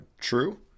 True